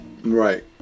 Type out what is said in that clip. Right